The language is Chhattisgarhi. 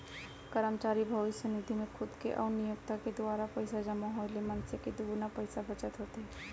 करमचारी भविस्य निधि म खुद के अउ नियोक्ता के दुवारा पइसा जमा होए ले मनसे के दुगुना पइसा बचत होथे